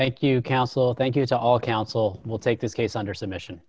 thank you counsel thank you to all counsel will take this case under submission